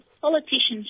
Politicians